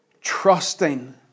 Trusting